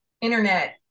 internet